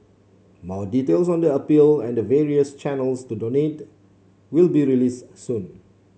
more details on the appeal and the various channels to donate will be released soon